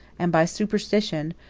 and by superstition,